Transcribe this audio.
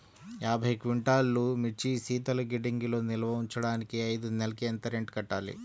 యాభై క్వింటాల్లు మిర్చి శీతల గిడ్డంగిలో నిల్వ ఉంచటానికి ఐదు నెలలకి ఎంత రెంట్ కట్టాలి?